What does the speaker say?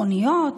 מכוניות,